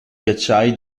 ghiacciai